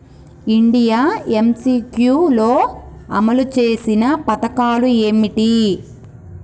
India MCQ లో అమలు చేసిన పథకాలు ఏమిటి?